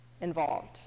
involved